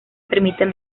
permiten